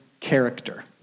character